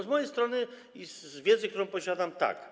Z mojej strony i z wiedzy, którą posiadam - tak.